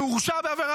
שהורשע בעבירה,